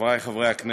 חברי חברי הכנסת,